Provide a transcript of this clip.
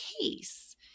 case